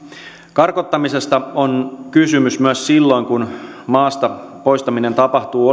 karkottamisesta on kysymys myös silloin kun maasta poistaminen tapahtuu